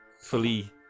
fully